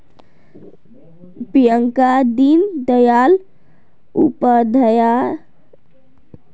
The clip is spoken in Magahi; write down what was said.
प्रियंका दीन दयाल उपाध्याय अंत्योदय योजनार लाभार्थिर लिस्टट अपनार नाम जोरावर तने आवेदन करले